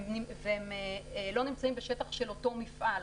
והם לא נמצאים בשטח של אותו מפעל,